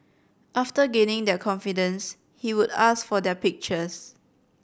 after gaining their confidence he would ask for their pictures